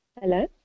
Hello